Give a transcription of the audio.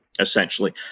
essentially